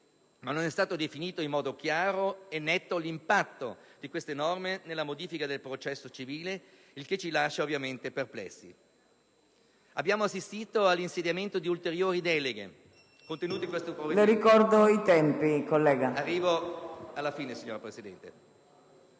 Ma non è stato definito in modo chiaro e netto l'impatto di queste norme nella modifica del processo civile, il che ci lascia ovviamente perplessi. Abbiamo assistito al conferimento di ulteriori deleghe sulla base delle previsioni